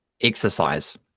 exercise